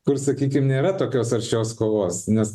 kur sakykim nėra tokios aršios kovos nes